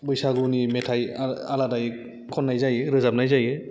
बैसागुनि मेथाइ आलादायै खननाय जायो रोजाबनाय जायो